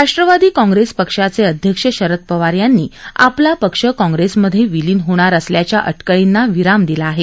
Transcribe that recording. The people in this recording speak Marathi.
राष्ट्रवादी काँप्रेस पक्षाचे अध्यक्ष शरद पवार यांनी आपला पक्ष काँप्रेसमधे विलीन होणार असल्याच्या अटकळींना विराम दिला आहे